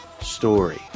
story